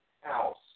house